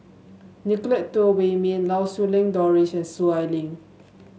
Nicolette Teo Wei Min Lau Siew Lang Doris and Soon Ai Ling